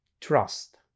trust